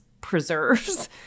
preserves